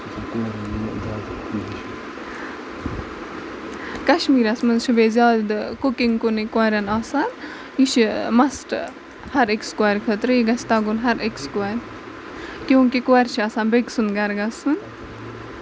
کَشمیٖرَس منٛز چھُ بیٚیہِ زیادٕ کُکنگ کُنٕے کورین آسان یہِ چھُ مَسٹ ہر أکِس کورِ خٲطرٕ یہِ گژھِ تَگُن ہر أکِس کورِ کیوں کہِ کورِ چھُ آسان بیٚیہِ کہِ سُند گرٕ گژھُن